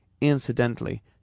Incidentally